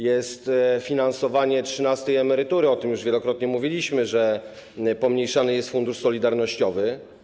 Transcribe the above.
Jest finansowanie trzynastej emerytury, o tym już wielokrotnie mówiliśmy, że pomniejszany jest Fundusz Solidarnościowy.